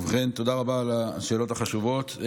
ובכן, תודה רבה על השאלות החשובות.